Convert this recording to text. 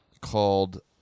called